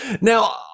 now